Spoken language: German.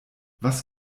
was